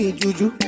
juju